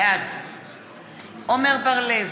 בעד עמר בר-לב,